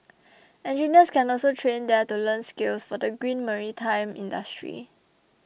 engineers can also train there to learn skills for the green maritime industry